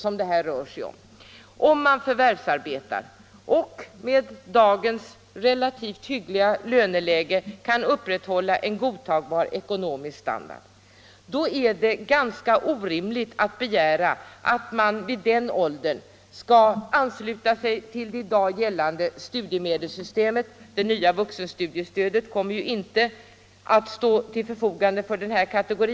Om de då förvärvsarbetar och med dagens relativt hyggliga löneläge kan upprätthålla en godtagbar ekonomisk standard, så är det ganska orimligt att begära att de senare i livet skall ansluta sig till det studiemedelssystem som i dag gäller — det nya vuxenstudiestödet kommer ju inte att stå till förfogande för denna kategori.